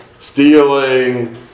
stealing